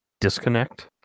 disconnect